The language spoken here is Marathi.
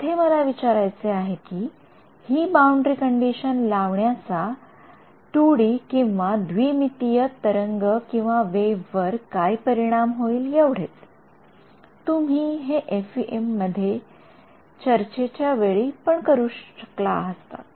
इथे मला विचारायचे आहे कि हि बाउंडरी कंडिशन लावण्याचा द्विमितीय तरंगवेव्ह वर काय परिणाम होईल एवढेच तुम्ही हे फइएम च्या चर्चे वेळी पण करू शकला असतात